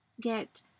get